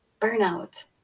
Burnout